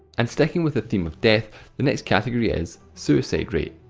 and sticking with the theme of death, the next category is. suicide rate.